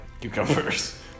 cucumbers